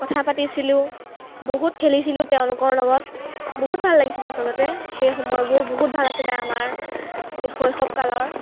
কথা পাতিছিলোঁ বহুত খেলিছিলোঁ তেওঁলোকৰ লগত বহুত ভাল লাগিছিলে আচলতে সেই সময়বোৰ বহুত ভাল আছিলে আমাৰ যি শৈশৱকালৰ